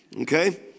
okay